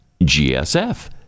GSF